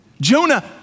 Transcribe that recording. Jonah